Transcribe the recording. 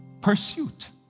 Pursuit